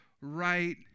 right